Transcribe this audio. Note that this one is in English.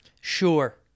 Sure